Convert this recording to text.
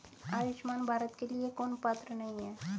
आयुष्मान भारत के लिए कौन पात्र नहीं है?